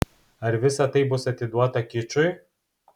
ar visa tai bus atiduota kičui